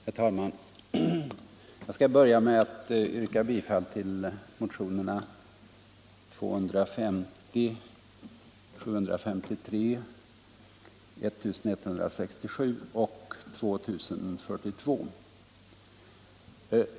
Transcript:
Herr talman! Jag skall börja med att yrka bifall till motionerna 250, 733, 1167 och 2042.